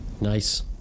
Nice